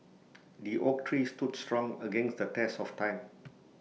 the oak tree stood strong against the test of time